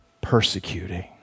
persecuting